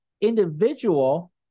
individual